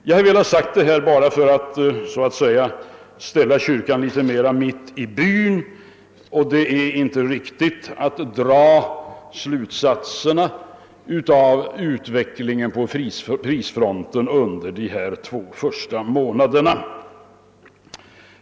Jag har velat säga detta bara för att liksom ställa kyrkan litet mer mitt i byn och visa att det inte är riktigt att dra slutsatser på basis av utvecklingen på prisfronten under årets två första månader.